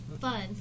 fun